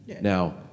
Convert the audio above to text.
Now